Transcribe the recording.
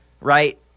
right